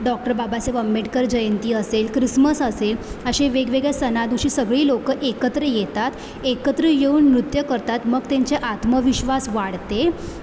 doctor Babasaheb Ambedkar जयंती असेल Christmas असेल अशे वेगवेगळ्या सणादिवशी सगळी लोकं एकत्र येतात एकत्र येऊन नृत्य करतात मग त्यांच्या आत्मविश्वास वाढते